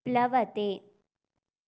प्लवते